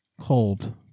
cold